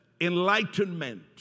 enlightenment